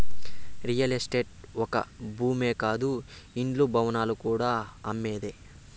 real estate ఒక్క భూమే కాదు ఇండ్లు, భవనాలు కూడా అమ్మేదే